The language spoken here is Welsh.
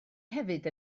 hefyd